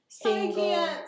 single